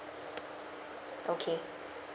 okay